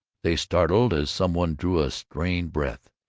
they startled as some one drew a strained breath.